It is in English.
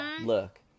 Look